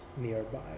nearby